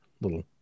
little